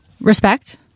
Respect